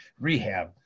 rehab